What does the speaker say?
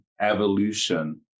evolution